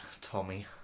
Tommy